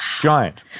Giant